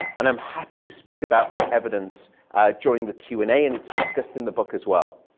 and i'm happy to speak about that evidence during the q and a, and it's discussed in the book as well.